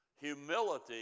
Humility